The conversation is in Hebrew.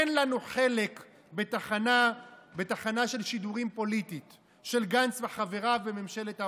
אין לנו חלק בתחנת שידורים פוליטית של גנץ וחבריו בממשלת ההונאה.